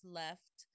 left